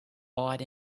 awed